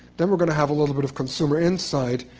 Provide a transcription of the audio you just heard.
then we're going to have a little bit of consumer insight.